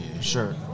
Sure